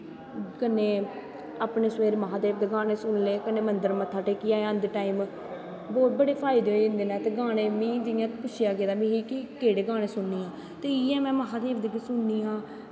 अपनें कन्नैं महांदेव दे गानें सुनी ले कन्नै मन्दर मत्था टेकी आए आंदे टाईम बड़े फायदे होई जंदे नै ते गानें जियां में पुच्छेआ गेदा ऐ मिगी कि केह्ड़े गीनें सुननी ऐं ते इयै में महांदेव दे गै सुननी आं